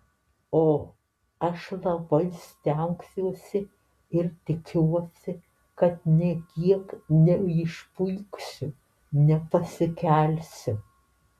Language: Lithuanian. o aš labai stengsiuosi ir tikiuosi kad nė kiek neišpuiksiu nepasikelsiu